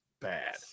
bad